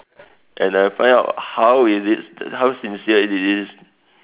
and I find out how is it how sincere it is